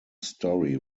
story